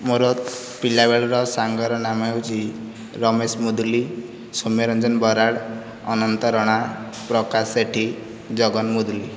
ମୋ'ର ପିଲା ବେଳର ସାଙ୍ଗର ନାମ ହେଉଛି ରମେଶ ମୁଦୁଲି ସୋମ୍ୟରଞ୍ଜନ ବରାଡ଼ ଅନନ୍ତ ରଣା ପ୍ରକାଶ ସେଠି ଜଗନ ମୁଦୁଲି